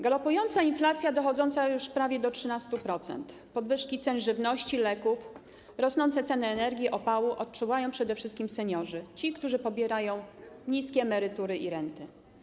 Galopującą inflację dochodzącą już prawie do 13%, podwyżki cen żywności i leków, rosnące ceny energii i opału odczuwają przede wszystkim seniorzy, ci, którzy pobierają niskie emerytury i renty.